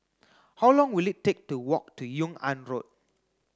how long will it take to walk to Yung An Road